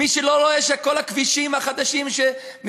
מי שלא רואה שכל הכבישים החדשים שמשרד